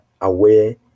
aware